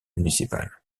municipale